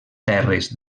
terres